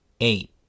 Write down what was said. Eight